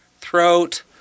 throat